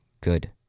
good